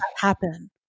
happen